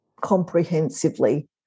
comprehensively